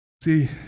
See